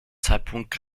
zeitpunkt